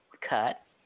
cut